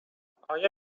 آیا